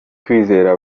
kwizera